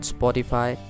Spotify